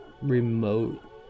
remote